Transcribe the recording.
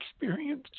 experience